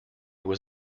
was